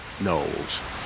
Knowles